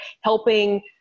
helping